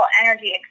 energy